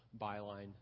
byline